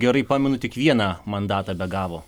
gerai pamenu tik vieną mandatą begavo